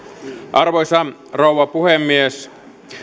arvoisa rouva puhemies